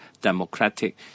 democratic